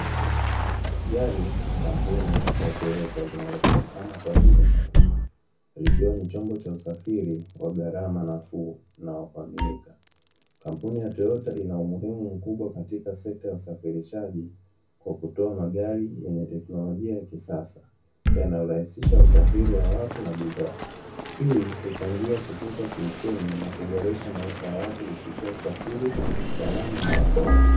Gari kampuni ya Toyota linalopatikana kwa ajili ya mauzo likiwa ni chombo cha usafiri kwa gharama nafuu nawa kuaminika. Kampuni ya Toyota ina umuhimu mkubwa katika sekta ya usafirishaji kwa kutoa magari yenye teknolojia ya kisasa, yanayo rahisisha usafiri wa watu na bidhaa. Hii huchangia kukuza kiuchumi na kuboresha matumizi ya watu kupitia usafiri salama na haraka.